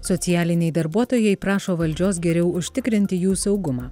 socialiniai darbuotojai prašo valdžios geriau užtikrinti jų saugumą